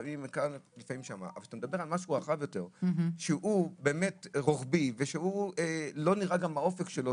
אנחנו מדברים על משהו רחב יותר שלא רואים את פתרונו באופק.